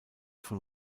von